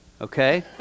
okay